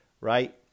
right